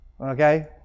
Okay